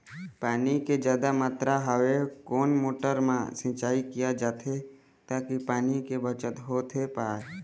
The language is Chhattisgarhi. पानी के जादा मात्रा हवे कोन मोटर मा सिचाई किया जाथे ताकि पानी के बचत होथे पाए?